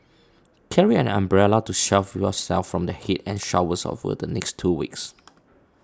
carry an umbrella to shield yourself from the heat and showers over the next two weeks